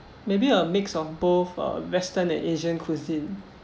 maybe a mix of both western and asian cuisine